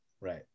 Right